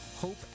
HOPE